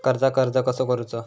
कर्जाक अर्ज कसा करुचा?